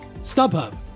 StubHub